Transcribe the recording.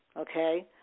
okay